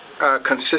consistent